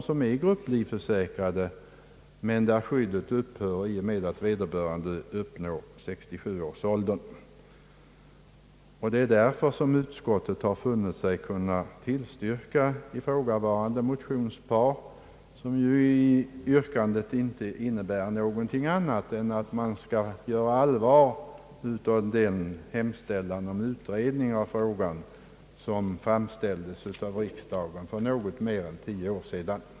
som är grupplivförsäkrade men för vilka skyddet upphör i och med att de uppnår 67 års ålder. Det är därför som utskottet funnit sig böra tillstyrka ifrågavarande motionspar, i vilket yrkandet inte innebär någonting annat än att man skall göra allvar av den hemställan om utredning av frågan som gjordes av riksdagen för något mer än tio år sedan.